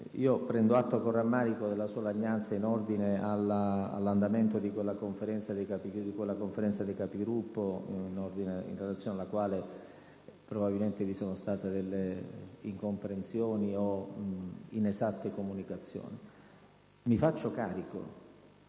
prendo atto con rammarico della sua lagnanza in ordine all'andamento di quella Conferenza dei Capigruppo, in relazione alla quale probabilmente vi sono state delle incomprensioni o inesatte comunicazioni. Mi faccio carico